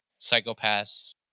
Psychopaths